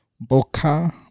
Boca